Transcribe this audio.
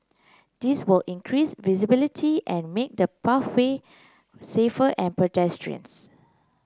this will increase visibility and make the pathway safer and pedestrians